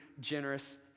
generous